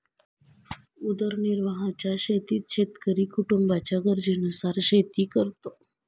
उदरनिर्वाहाच्या शेतीत शेतकरी कुटुंबाच्या गरजेनुसार शेती करतो